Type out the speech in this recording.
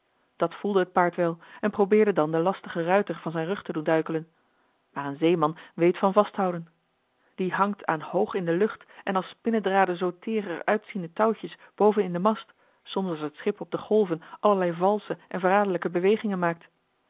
dat voelde het paard wel en probeerde dan den lastigen ruiter van zijn rug te doen duikelen maar een zeeman weet van vasthouden die hangt aan hoog in de lucht en als spinnedraden zoo teer er uitziende touwtjes boven in den mast soms als het schip op de golven allerlei valsche en verjoh